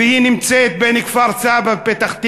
והיא נמצאת בין כפר-סבא לפתח-תקווה.